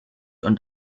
und